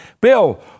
Bill